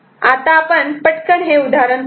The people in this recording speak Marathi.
आता आपण पटकन हे उदाहरण पाहू